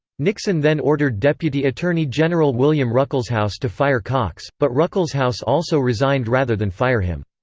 nixon then ordered deputy attorney general william ruckelshaus to fire cox, but ruckelshaus also resigned rather than fire him.